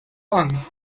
long